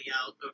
out